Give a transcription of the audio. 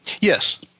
Yes